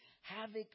havoc